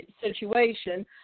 situation